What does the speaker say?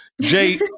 Jay